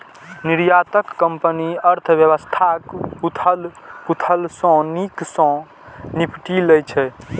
निर्यातक कंपनी अर्थव्यवस्थाक उथल पुथल सं नीक सं निपटि लै छै